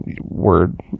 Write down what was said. word